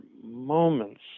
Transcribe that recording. moments